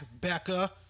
Becca